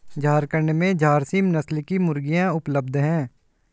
झारखण्ड में झारसीम नस्ल की मुर्गियाँ उपलब्ध है